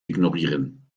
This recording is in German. ignorieren